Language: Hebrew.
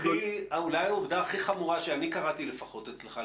אולי העובדה הכי חמורה שאני לפחות קראתי אצלך,